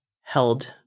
held